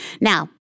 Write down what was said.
Now